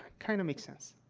kind of makes sense.